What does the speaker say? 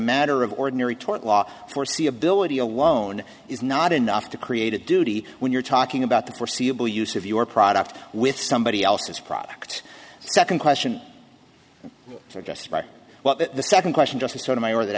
matter of ordinary tort law foreseeability alone is not enough to create a duty when you're talking about the foreseeable use of your product with somebody else's product second question or just by what the second question just sort of i or that